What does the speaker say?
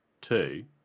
two